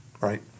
right